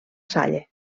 salle